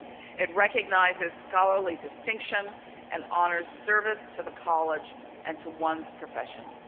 it recognizes scholarly distinction and honors service to the college and to one's profession.